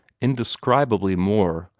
indescribably more,